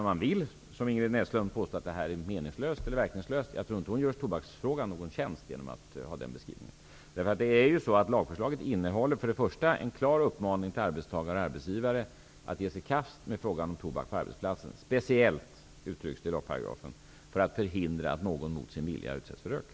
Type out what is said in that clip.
Om man vill kan man, som Ingrid Näslund gör, påstå att detta är meningslöst eller verkningslöst. Men jag tror inte att hon egentligen gör tobaksfrågan så att säga någon tjänst genom den beskrivningen. Lagförslaget innehåller en klar uppmaning till arbetstagare och arbetsgivare att ge sig i kast med frågan om bruket av tobak på arbetsplatser, speciellt -- som det uttrycks i aktuell lagparagraf -- för att förhindra att någon mot sin vilja utsätts för rök.